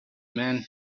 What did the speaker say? man